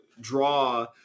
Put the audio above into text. draw